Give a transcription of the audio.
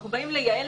אנחנו באים לייעל,